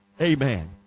amen